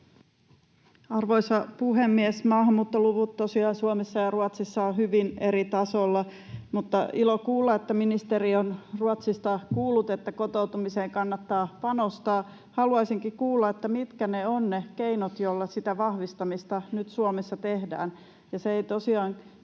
Arvoisa puhemies! Maahanmuuttoluvut tosiaan Suomessa ja Ruotsissa ovat hyvin eri tasoilla, mutta on ilo kuulla, että ministeri on Ruotsista kuullut, että kotoutumiseen kannattaa panostaa. Haluaisinkin kuulla, mitkä ovat ne keinot, joilla sitä vahvistamista nyt Suomessa tehdään.